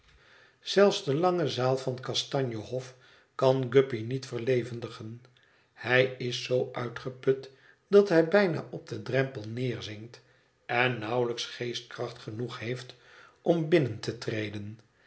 zelfs de lange zaal van kastanje hof kan guppy niet verlevendigen hij is zoo uitgeput dat hij bijna op den drempel neerzinkt en nauwelijks geestkracht genoeg heeft om binnen te treden